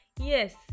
Yes